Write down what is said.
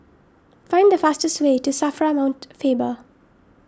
find the fastest way to Safra Mount Faber